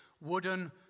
wooden